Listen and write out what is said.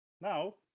now